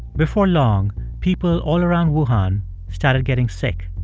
before long, people all around wuhan started getting sick.